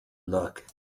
look